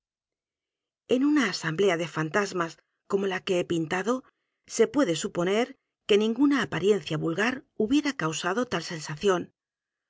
en una asamblea de fantasmas como la que he pintado se puede suponer que ninguna apariencia vulgar hubiera causado tal sensación